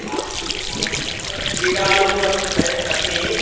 आम् अहं कश्चनः क्रीडालुः वर्तते अस्मि